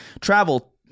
Travel